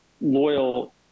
loyal